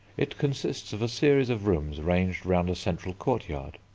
it consists of a series of rooms ranged round a central courtyard.